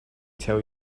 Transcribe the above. tell